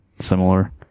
similar